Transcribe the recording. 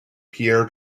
pierre